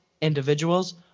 individuals